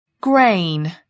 grain